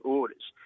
orders